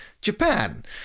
Japan